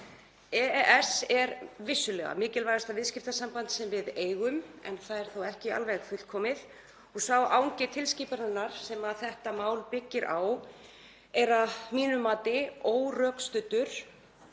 EES er vissulega mikilvægasta viðskiptasamband sem við eigum en það er þó ekki alveg fullkomið. Sá angi tilskipunarinnar sem þetta mál byggir á er að mínu mati órökstuddur